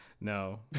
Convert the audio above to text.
No